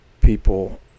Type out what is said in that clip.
people